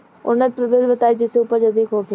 उन्नत प्रभेद बताई जेसे उपज अधिक होखे?